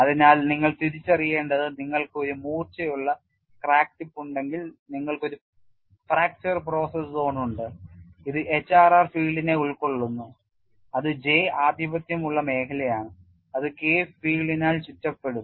അതിനാൽ നിങ്ങൾ തിരിച്ചറിയേണ്ടത് നിങ്ങൾക്ക് ഒരു മൂർച്ചയുള്ള ക്രാക്ക് ടിപ്പ് ഉണ്ടെങ്കിൽ നിങ്ങൾക്ക് ഒരു ഫ്രാക്ചർ പ്രോസസ് സോൺ ഉണ്ട് ഇത് HRR ഫീൽഡിനെ ഉൾക്കൊള്ളുന്നു അത് J ആധിപത്യമുള്ള മേഖലയാണ് അത് K ഫീൽഡിനാൽ ചുറ്റപ്പെടും